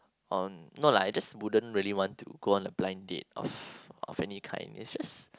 oh no lah I just wouldn't really want to go on a blind date of of any kind it's just